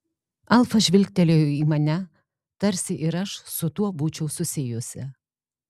alfa žvilgtelėjo į mane tarsi ir aš su tuo būčiau susijusi